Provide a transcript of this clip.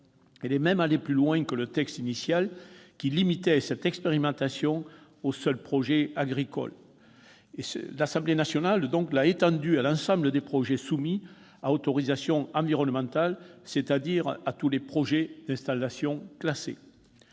Elle est même allée plus loin que le texte initial, qui limitait cette expérimentation aux seuls projets agricoles, en l'étendant à l'ensemble des projets soumis à autorisation environnementale, c'est-à-dire à tous les projets d'installations classées.